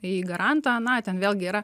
į garantą na ten vėlgi yra